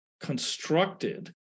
constructed